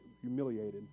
humiliated